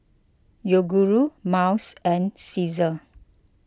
Yoguru Miles and Cesar